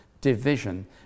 division